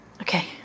okay